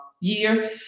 year